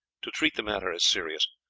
to treat the matter as serious.